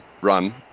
run